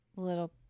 little